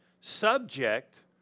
subject